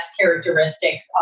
characteristics